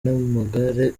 n’amagare